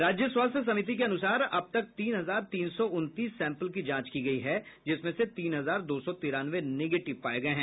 राज्य स्वास्थ्य समिति के अनुसार अब तक तीन हजार तीन सौ उनतीस सैंपल की जांच की गयी है जिसमें से तीन हजार दो सौ तिरानवे निगेटिव पाये गये हैं